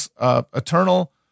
eternal